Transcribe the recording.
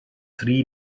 tri